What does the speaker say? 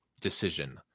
decision